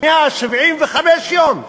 175 יום.